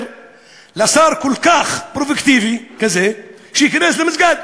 לשר כל כך פרובוקטיבי כזה להיכנס למסגד.